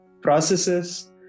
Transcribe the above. processes